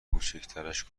کوچیکترش